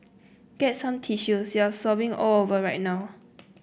get some tissues you're sobbing all over right now